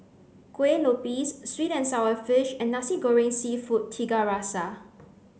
Kuih Lopes sweet and sour fish and nasi goreng seafood tiga rasa